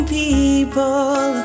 people